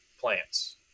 plants